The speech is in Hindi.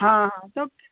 हाँ हाँ